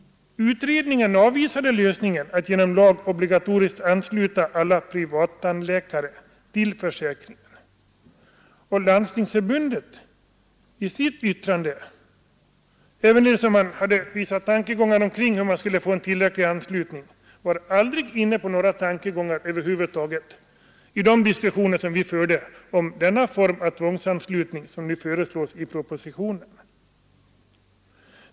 Utredningen avvisade lösningen att genom lag obligatoriskt ansluta alla privattandläkare till försäkringen, och Landstingsförbundet var i sitt yttrande aldrig inne på tankegången om en sådan form av tvångsanslutning som nu föreslås i propositionen.